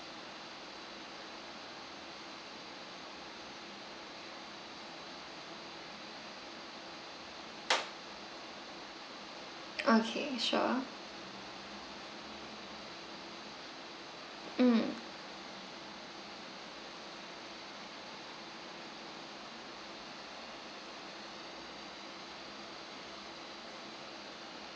okay sure mm